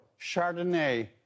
chardonnay